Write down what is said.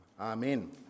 amen